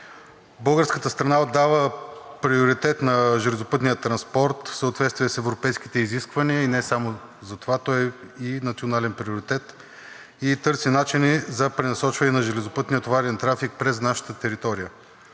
Българската страна отдава приоритет на железопътния транспорт в съответствие с европейските изисквания, и не само за това. Той е и национален приоритет и търси начини за пренасочване на железопътния товарен трафик през нашата територия.